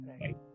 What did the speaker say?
right